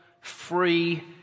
free